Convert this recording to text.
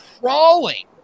crawling